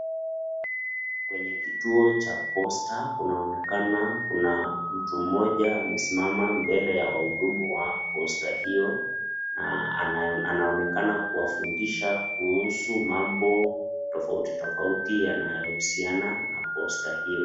Kweny kituo cha posta kunaonekana kuna mtu moja amesimama mbele ya wahudumu wa posta hio, na anaonekana kuwafundisha kuhusu mambo tofauti tofauti yanayohusiana na posta hio.